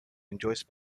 enjoys